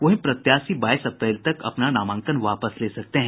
वहीं प्रत्याशी बाईस अप्रैल तक अपना नामांकन वापस ले सकते हैं